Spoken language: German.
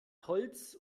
holz